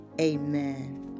Amen